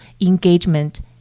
engagement